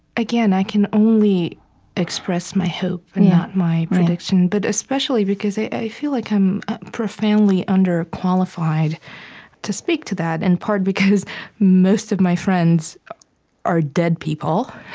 again, i can only express my hope and not my prediction, but especially because i i feel like i'm profoundly underqualified to speak to that, in and part, because most of my friends are dead people.